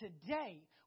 today